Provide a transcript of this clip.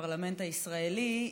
הפרלמנט הישראלי,